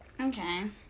Okay